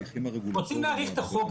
רוצים להאריך את החוק,